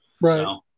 Right